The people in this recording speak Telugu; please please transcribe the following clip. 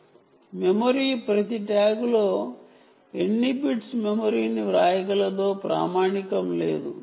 యూజర్ మెమరీ లో ప్రతి ట్యాగ్లో ఎన్ని బిట్స్ మెమరీని వ్రాయగలదో ప్రామాణికం లేదు